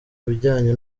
bijyanye